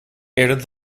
eerder